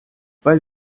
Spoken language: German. weil